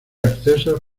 accesos